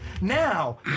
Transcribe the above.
Now